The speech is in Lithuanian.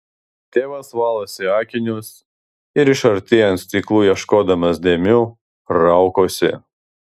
tėvas valosi akinius ir iš arti ant stiklų ieškodamas dėmių raukosi